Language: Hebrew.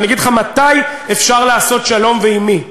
ואני אגיד לך מתי אפשר לעשות שלום ועם מי,